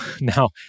Now